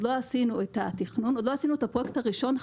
לא עשינו את התכנון; עוד לא עשינו את הפרויקט הראשון.